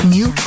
New